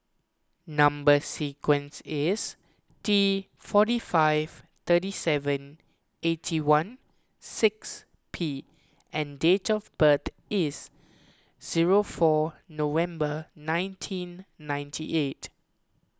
Number Sequence is T forty five thirty seven eighty one six P and date of birth is zero four November nineteen ninety eight